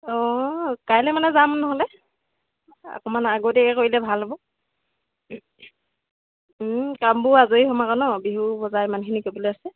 অঁ কাইলে মানে যাম নহ'লে অকণমান আগতীয়াকে কৰিলে ভাল হ'ব কামবোৰ আজৰি হ'ম আকৌ ন বিহু বজাৰ ইমানখিনি কৰিবলৈ আছে